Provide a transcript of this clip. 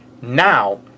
Now